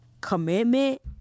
Commitment